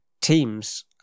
teams